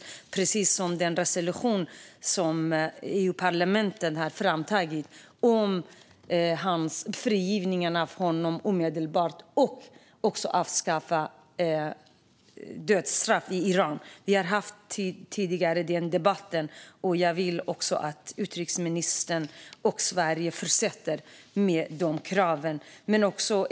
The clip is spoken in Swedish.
EU-parlamentet har antagit en resolution med krav på omedelbar frigivning av honom och på avskaffande av dödsstraffet i Iran. Vi har haft den debatten tidigare, och jag vill att utrikesministern och Sverige fortsätter med de kraven.